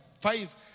five